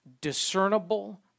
discernible